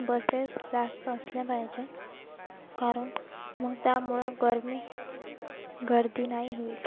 buses जास्त असल्या पाहिजे कारण मग त्यामुळे गरमी गर्दी नाही होईल